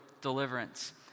deliverance